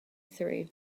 through